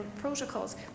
protocols